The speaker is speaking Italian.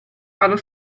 allo